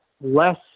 less